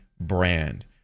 brand